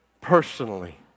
personally